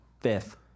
Fifth